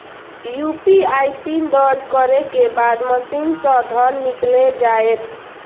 UPI PIN दर्ज करै के बाद मशीन सं धन निकैल जायत